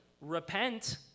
Repent